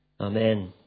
Amen